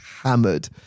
hammered